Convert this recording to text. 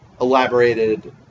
Elaborated